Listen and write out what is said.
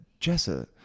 Jessa